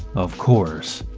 of course,